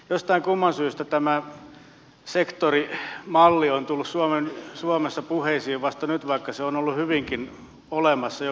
jostain kumman syystä tämä sektorimalli on tullut suomessa puheisiin vasta nyt vaikka se on ollut hyvinkin olemassa jo pitemmän aikaa